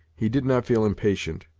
he did not feel impatient,